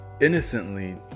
innocently